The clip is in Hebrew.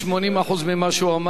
ל-80% ממה שהוא אמר,